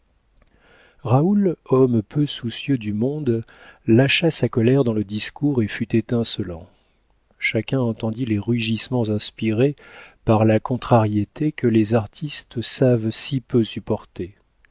raoul homme peu soucieux du monde lâcha sa colère dans le discours et fut étincelant chacun entendit les rugissements inspirés par la contrariété que les artistes savent si peu supporter